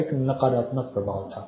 यह एक नकारात्मक प्रभाव था